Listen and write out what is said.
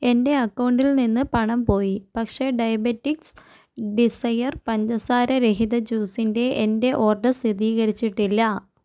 എന്റെ അക്കൗണ്ടിൽ നിന്ന് പണം പോയി പക്ഷേ ഡയബെറ്റിക്സ് ഡിസയർ പഞ്ചസാരരഹിത ജ്യൂസിന്റെ എന്റെ ഓർഡർ സ്ഥിതീകരിച്ചിട്ടില്ല